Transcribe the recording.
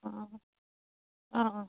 অঁ অঁ অঁ